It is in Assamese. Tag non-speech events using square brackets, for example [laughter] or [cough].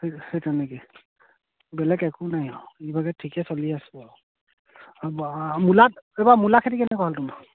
সেই সেই তেনেকৈ বেলেগ একো নাই আৰু এইভাগে ঠিকে চলি আছো আৰু [unintelligible] মূলাত এইবাৰ মূলা খেতি কেনেকুৱা হ'ল তোমাৰ